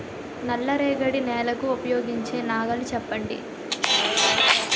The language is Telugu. నల్ల రేగడి నెలకు ఉపయోగించే నాగలి చెప్పండి?